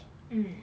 mm